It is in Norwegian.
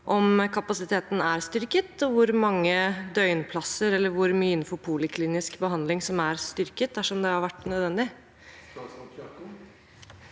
om kapasiteten er styrket, og hvor mange døgnplasser, eller hvor mye innenfor poliklinisk behandling, som er styrket, dersom det har vært nødvendig.